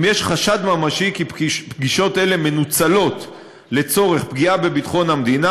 אם יש חשד ממשי כי פגישות אלה מנוצלות לצורך פגיעה בביטחון המדינה,